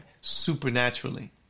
supernaturally